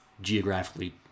geographically